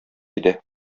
иде